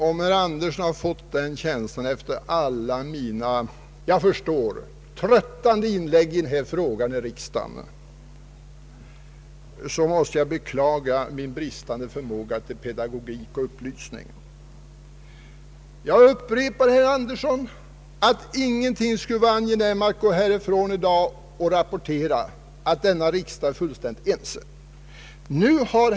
Om herr Andersson har fått den känslan efter alla mina, jag förstår tröttande, inlägg i denna fråga i riksdagen, måste jag beklaga min bristande förmåga till pedagogik och upplysning. Jag upprepar, herr Andersson, att ingenting skulle vara mig angenämare än att gå härifrån i dag och kunna rapportera att riksdagen är fullständigt ense i denna fråga.